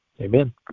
Amen